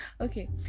Okay